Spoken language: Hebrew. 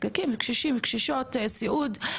קשישים וקשישות בסיעוד.